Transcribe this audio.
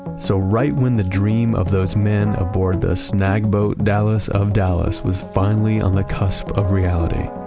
so, right when the dream of those men aboard the snag boat dallas of dallas was finally on the cusp of reality,